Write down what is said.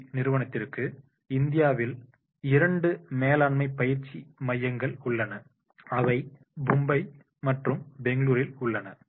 G நிறுவனத்திற்கு இந்தியாவில் இரண்டு மேலாண்மை பயிற்சி மையங்கள் உள்ளன அவை மும்பை மற்றும் பெங்களூரில் உள்ளன